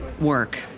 work